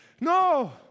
No